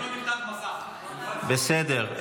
--- בסדר.